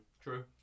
True